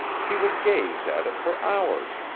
he would gaze at it for hours,